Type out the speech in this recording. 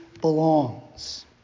belongs